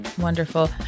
Wonderful